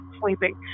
sleeping